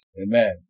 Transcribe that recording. Amen